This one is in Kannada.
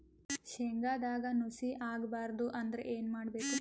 ಶೇಂಗದಾಗ ನುಸಿ ಆಗಬಾರದು ಅಂದ್ರ ಏನು ಮಾಡಬೇಕು?